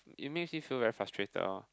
it makes me feel very frustrated oh